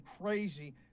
crazy